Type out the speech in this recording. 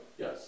Yes